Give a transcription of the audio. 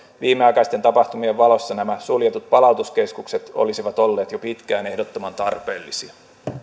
viime aikaisten tapahtumien valossa nämä suljetut palautuskeskukset olisivat olleet jo pitkään ehdottoman tarpeellisia